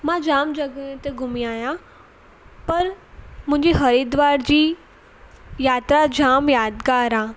मां जामु जॻहियूं ते घुमी आहियां पर मुंहिंजी हरिद्वार जी यात्रा जामु यादिगारु आहे